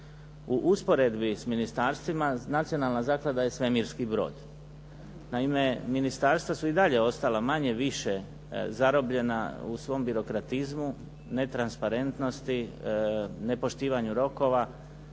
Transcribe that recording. U usporedbi s ministarstvima nacionalna zaklada je svemirski brod. Naime, ministarstva su i dalje ostala manje više zarobljena u svom birokratizmu, netransparentnosti, nepoštivanju rokova